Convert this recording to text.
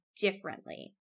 differently